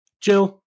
Jill